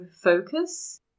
focus